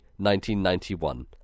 1991